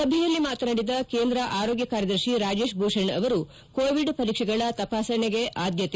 ಸಭೆಯಲ್ಲಿ ಮಾತನಾಡಿದ ಕೇಂದ್ರ ಆರೋಗ್ಯ ಕಾರ್ಯದರ್ಶಿ ರಾಜೇಶ್ ಭೂಷಣ್ ಅವರು ಕೋವಿಡ್ ಪರೀಕ್ಷೆಗಳ ತಪಾಸಣೆಗೆ ಆದ್ದತೆ